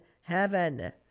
heaven